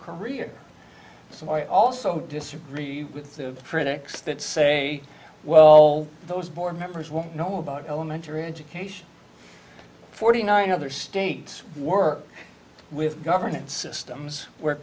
career so i also disagree with the critics that say well those board members won't know about elementary education forty nine other states work with governance system is where